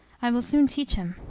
i will soon teach him.